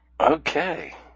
Okay